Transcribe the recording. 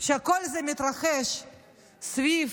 שכל זה מתרחש סביב